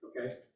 Okay